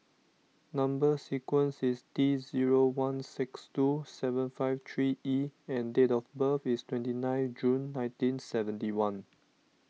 Number Sequence is T zero one six two seven five three E and date of birth is twenty nine June nineteen seventy one